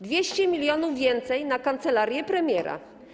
200 mln więcej na kancelarię premiera.